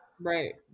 right